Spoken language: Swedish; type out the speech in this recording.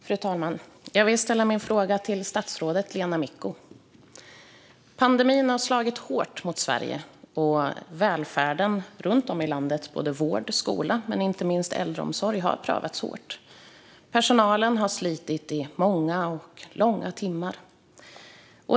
Fru talman! Jag vill ställa min fråga till statsrådet Lena Micko. Pandemin har slagit hårt mot Sverige. Välfärden runt om i landet - vård, skola och inte minst äldreomsorg - har prövats hårt. Personalen har slitit i många och långa timmar.